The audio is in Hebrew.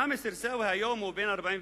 סמיר סרסאוי היום הוא בן 41,